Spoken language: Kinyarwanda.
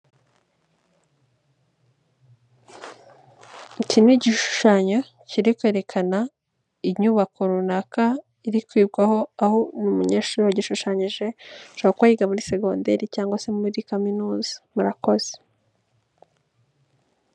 Iki ni igishushanyo kiri kwerekana inyubako runaka iri kwigwaho, aho umunyeshuri wagishushanyije ashobora kuba yiga muri segonderi cyangwa se muri kaminuza murakoze.